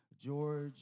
George